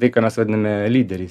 tai ką mes vadiname lyderiais